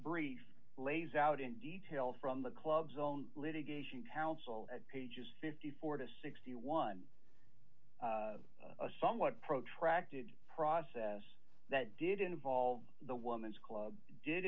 brief lays out in detail from the club's own litigation counsel at pages fifty four to sixty one a somewhat protracted process that did involve the woman's club did